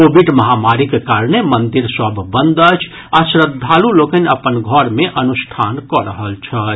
Covid महामारीक कारणे मंदिर सभ बंद अछि आ श्रद्वालु लोकनि अपन घर मे अनुष्ठान कऽ रहल छथि